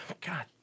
god